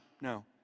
no